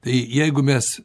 tai jeigu mes